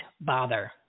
bother